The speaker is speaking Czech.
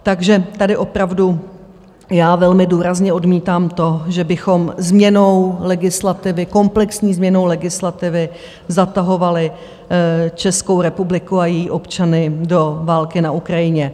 Takže tady opravdu já velmi důrazně odmítám to, že bychom změnou legislativy, komplexní změnou legislativy zatahovali Českou republiku a její občany do války na Ukrajině.